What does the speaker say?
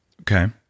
Okay